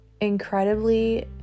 incredibly